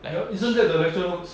like she